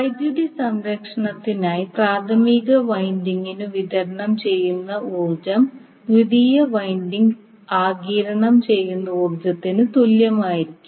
വൈദ്യുതി സംരക്ഷണത്തിനായി പ്രാഥമിക വൈൻഡിംഗിനു വിതരണം ചെയ്യുന്ന ഊർജ്ജം ദ്വിതീയ വൈൻഡിങ് ആഗിരണം ചെയ്യുന്ന ഊർജ്ജത്തിന് തുല്യമായിരിക്കണം